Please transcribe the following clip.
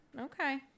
okay